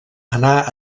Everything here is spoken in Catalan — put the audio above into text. anà